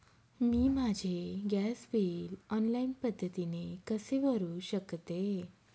मी माझे gas bill online पद्धतीने कसे भरु शकते?